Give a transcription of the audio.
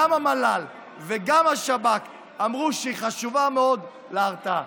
גם המל"ל וגם השב"כ אמרו שהיא חשובה מאוד להרתעה.